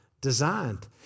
designed